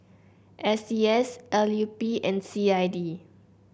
S T S L U P and C I D